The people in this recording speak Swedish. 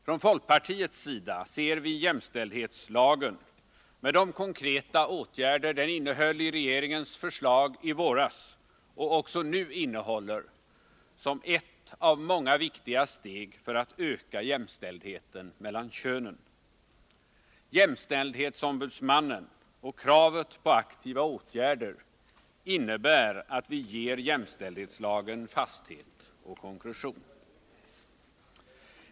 Från folkpartiets sida ser vi jämställdhetslagen, med de konkreta åtgärder den innebar enligt regeringens förslag i våras och också nu innehåller, som ett av många viktiga steg för att öka jämställdheten mellan könen. Kravet på en jämställdhetsombudsman och på aktiva åtgärder innebär att vi ger jämställdhetslagen fasthet och konkretion.